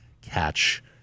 catch